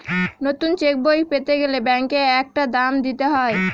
নতুন চেকবই পেতে গেলে ব্যাঙ্কে একটা দাম দিতে হয়